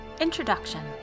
Introduction